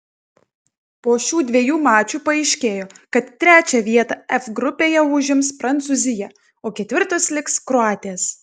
po šių dviejų mačų paaiškėjo kad trečią vietą f grupėje užims prancūzija o ketvirtos liks kroatės